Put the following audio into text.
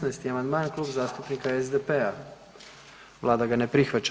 16. amandman Klub zastupnika SDP-a, Vlada ga ne prihvaća.